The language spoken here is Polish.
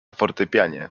fortepianie